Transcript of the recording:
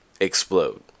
explode